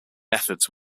methods